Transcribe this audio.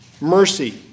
mercy